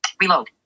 reload